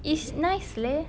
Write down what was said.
it's nice leh